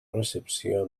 recepció